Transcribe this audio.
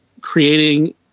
creating